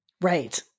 Right